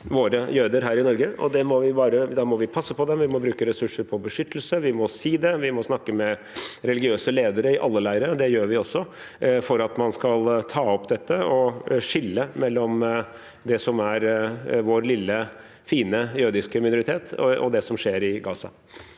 våre jøder her i Norge. Da må vi passe på dem, og vi må bruke ressurser på beskyttelse. Vi må si det, vi må snakke med religiøse ledere i alle leirer – og det gjør vi også – for at man skal ta opp dette og skille mellom det som er vår lille fine jødiske minoritet, og det som skjer i Gaza.